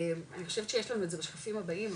אני חושבת שיש לנו את זה בשקפים הבאים,